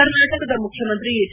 ಕರ್ನಾಟಕದ ಮುಖ್ಯಮಂತ್ರಿ ಎಚ್